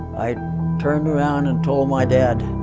i turned around and told my dad,